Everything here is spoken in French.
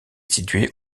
situé